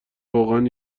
واقعی